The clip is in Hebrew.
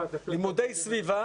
לימודי סביבה